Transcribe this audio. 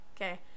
Okay